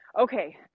Okay